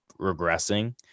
regressing